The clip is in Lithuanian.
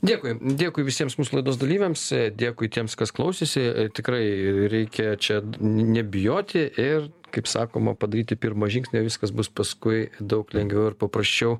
dėkui dėkui visiems mūsų laidos dalyviams dėkui tiems kas klausėsi ir tikrai reikia čia nebijoti ir kaip sakoma padaryti pirmo žingsnio viskas bus paskui daug lengviau ir paprasčiau